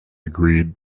agreed